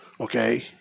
Okay